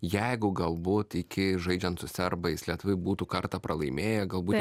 jeigu galbūt iki žaidžiant su serbais lietuviai būtų kartą pralaimėję galbūt